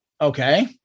okay